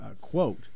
quote